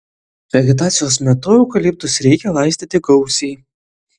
vegetacijos metu eukaliptus reikia laistyti gausiai